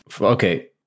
Okay